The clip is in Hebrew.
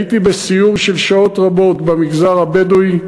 הייתי בסיור של שעות רבות במגזר הבדואי.